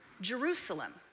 Jerusalem